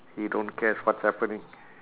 he don't cares what's happening